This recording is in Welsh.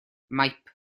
maip